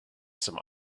some